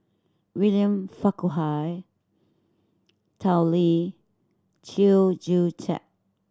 William Farquhar Tao Li Chew Joo Chiat